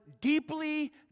deeply